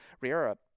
Riera